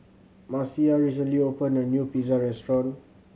Marcia recently opened a new Pizza Restaurant